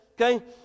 okay